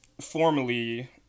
Formerly